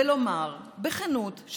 ובכנות,